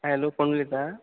आं हॅलो कोण उलयता